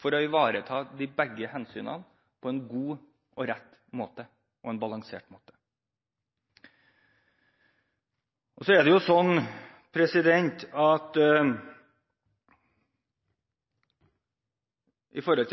for å ivareta begge hensynene på en god, rett og balansert måte. Når det gjelder